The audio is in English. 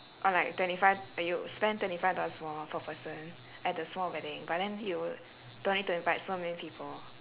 or like twenty five or you spend twenty five dollars more per person at the small wedding but then you don't need to invite so many people